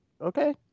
okay